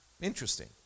Interesting